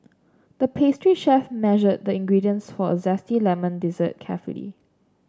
the pastry chef measured the ingredients for a zesty lemon dessert carefully